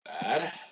Bad